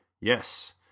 Yes